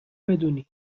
بدونی